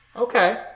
Okay